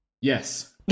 Yes